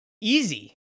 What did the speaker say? easy